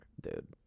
Dude